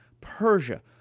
Persia